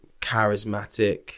charismatic